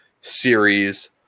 series